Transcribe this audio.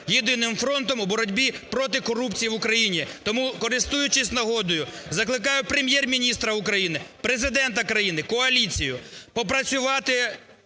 єдиним фронтом у боротьбі проти корупції в Україні. Тому, користуючись нагодою, закликаю Прем'єр-міністра України, Президента країни, коаліцію попрацювати,